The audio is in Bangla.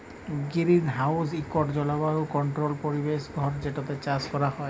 গিরিলহাউস ইকট জলবায়ু কলট্রোল্ড পরিবেশ ঘর যেটতে চাষ ক্যরা হ্যয়